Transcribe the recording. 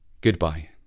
goodbye